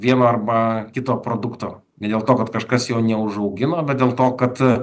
vieno arba kito produkto ne dėl to kad kažkas jo neužaugino bet dėl to kad